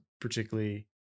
particularly